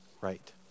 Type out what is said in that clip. right